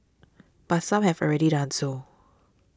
but some have already done so